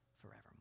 forevermore